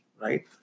right